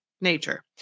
nature